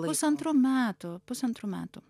pusantrų metų pusantrų metų